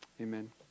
Amen